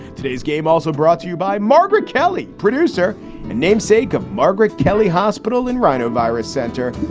today's game also brought to you by margaret kelly, producer and namesake of margaret kelly hospital in rhinovirus center.